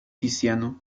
tiziano